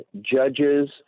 judges